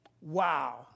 Wow